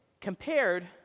compared